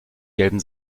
gelben